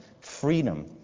freedom